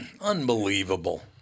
Unbelievable